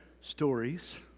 stories